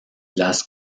las